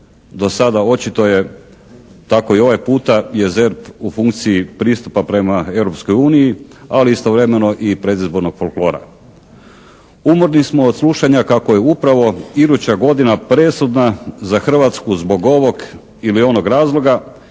do sada očito je tako i ovaj puta je ZERP u funkciji pristupa prema Europskoj uniji, ali istovremeno i predizbornog folklora. Umorni smo od slušanja kako je upravo iduća godina presudna za Hrvatsku zbog ovog ili onog razloga